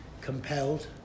compelled